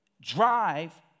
drive